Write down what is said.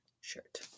shirt